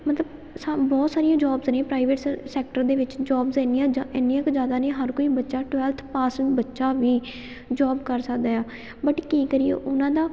ਮਤਲਬ ਸਾ ਬਹੁਤ ਸਾਰੀਆਂ ਜੋਬਸ ਨੇ ਪ੍ਰਾਈਵੇਟਸ ਸੈਕਟਰ ਦੇ ਵਿੱਚ ਜੋਬਸ ਇੰਨੀਆਂ ਜ਼ਿ ਇੰਨੀਆਂ ਕੁ ਜ਼ਿਆਦਾ ਨੇ ਹਰ ਕੋਈ ਬੱਚਾ ਟਵੈਲਥ ਪਾਸਿੰਗ ਬੱਚਾ ਵੀ ਜੋਬ ਕਰ ਸਕਦਾ ਆ ਬਟ ਕੀ ਕਰੀਏ ਉਹਨਾਂ ਦਾ